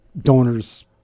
donors